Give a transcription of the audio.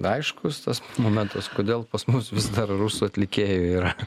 aiškus tas momentas kodėl pas mus vis dar rusų atlikėjų yra